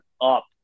up